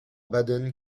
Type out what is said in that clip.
baden